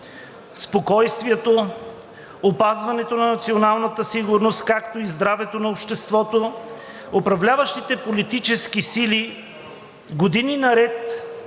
спокойствието, опазването на националната сигурност, както и здравето на обществото. Управляващите политически сили години наред